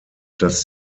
dass